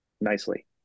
nicely